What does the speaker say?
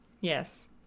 Yes